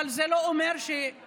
אבל זה לא אומר שאנחנו,